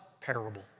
parable